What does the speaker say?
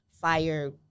fire